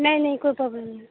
نہیں نہیں کوئی پرابلم نہیں